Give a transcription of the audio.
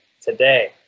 today